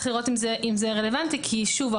צריך לראות אם זה רלוונטי כי שוב,